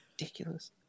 ridiculous